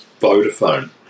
Vodafone